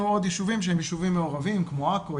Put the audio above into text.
עוד ישובים שהם ישובים מעורבים כמו עכו,